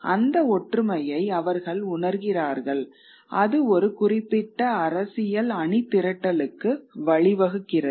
அந்த ஒற்றுமையை அவர்கள் உணர்கிறார்கள் அது ஒரு குறிப்பிட்ட அரசியல் அணிதிரட்டலுக்கு வழிவகுக்கிறது